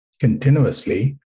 continuously